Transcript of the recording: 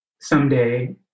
someday